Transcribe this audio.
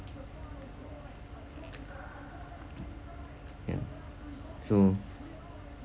ya so